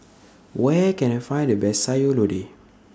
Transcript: Where Can I Find The Best Sayur Lodeh